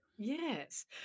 Yes